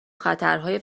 خطرهای